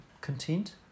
content